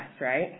right